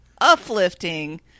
uplifting